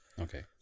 Okay